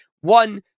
one